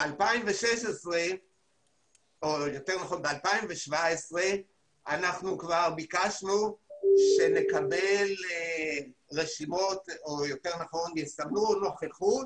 בשנת 2017 אנחנו כבר ביקשנו לקבל רשימות או יותר נכון יסמנו נוכחות